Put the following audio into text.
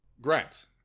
Grant